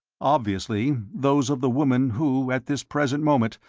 obviously those of the woman who, at this present moment,